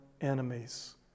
enemies